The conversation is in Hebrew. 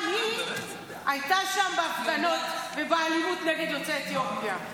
גם היא הייתה שם בהפגנות על האלימות נגד יוצאי אתיופיה.